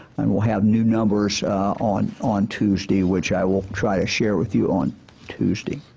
and we'll have new numbers on on tuesday, which i will try to share with you on tuesday.